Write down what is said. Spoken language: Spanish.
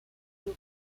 club